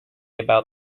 about